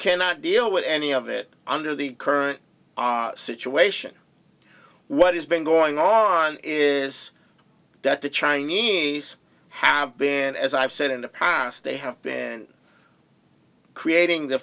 cannot deal with any of it under the current situation what has been going on is that the chinese have been and as i've said in the past they have been creating the